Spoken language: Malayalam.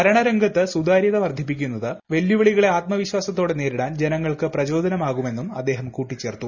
ഭരണ രംഗത്ത് സുതാരൃത വർധിപ്പിക്കുന്നത് വെല്ലുവിളികളെ ആത്മവിശ്വസത്തോടെ നേരിടാൻ ജനങ്ങൾക്ക് പ്രചോദനമാകുമെന്നൂം അദ്ദേഹം കൂട്ടിച്ചേർത്തു